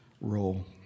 role